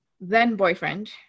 then-boyfriend